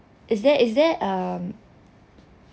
is there is there um